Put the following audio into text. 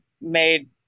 made